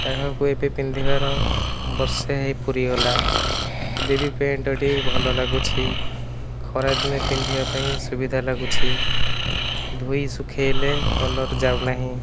ତାହାକୁ ଏବେ ପିନ୍ଧିବାର ବର୍ଷେ ପୁରିଗଲା ଏବେ ବି ପ୍ୟାଣ୍ଟଟି ଭଲ ଲାଗୁଛି ଖରା ଦିନେ ପିନ୍ଧିବା ପାଇଁ ସୁବିଧା ଲାଗୁଛି ଧୋଇ ଶୁଖେଇଲେ କଲର ଯାଉନାହିଁ